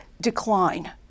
decline